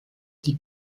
die